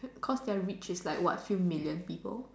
cause they're reach is like what a few million people